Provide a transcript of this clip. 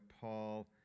Paul